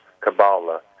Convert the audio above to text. Kabbalah